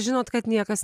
žinot kad niekas